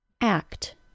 act